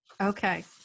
Okay